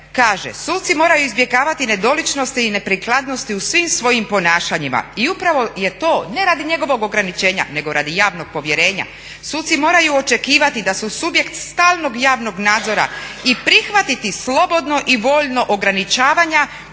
kaže: "Suci moraju izbjegavati nedoličnosti i neprikladnosti u svim svojim ponašanjima i upravo je to ne radi njegovog ograničenja, nego radi javnog povjerenja. Suci moraju očekivati da su subjekt stalnog javnog nadzora i prihvatiti slobodno i voljno ograničavanja